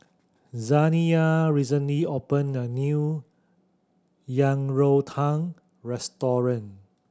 Zaniyah recently opened a new Yang Rou Tang restaurant